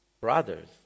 brothers